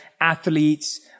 athletes